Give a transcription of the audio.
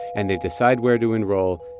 and they decide where to enroll.